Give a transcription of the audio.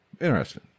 Interesting